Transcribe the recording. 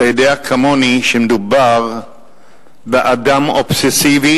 אתה יודע כמוני שמדובר באדם אובססיבי